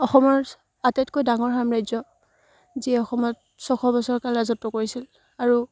অসমৰ আটাইতকৈ ডাঙৰ সাম্ৰাজ্য যিয়ে অসমত ছশ বছৰ কাল ৰাজত্ব কৰিছিল আৰু